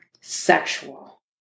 sexual